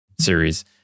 series